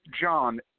John